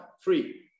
free